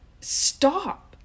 stop